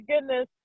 goodness